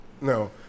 No